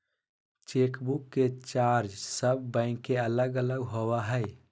chequebook के charge सब bank के अलग अलग होबा हइ